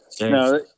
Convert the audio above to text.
no